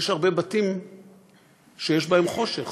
יש הרבה בתים שיש בהם חושך